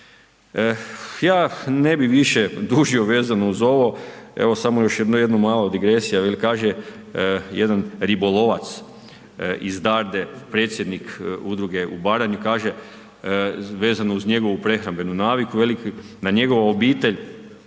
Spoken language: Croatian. Ja ne bi više dužio vezano uz ovo, evo samo još jedna mala digresija, veli kaže jedan ribolovac iz Darde, predsjednik udruge u Baranji kaže vezano uz njegovu prehrambenu naviku, veli da njegova obitelj